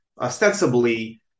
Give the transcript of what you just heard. ostensibly